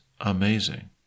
amazing